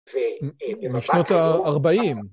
בשנות ה-40.